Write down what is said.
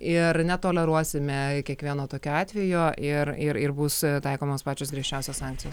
ir netoleruosime kiekvieno tokio atvejo ir ir ir bus taikomos pačios griežčiausios sankcijos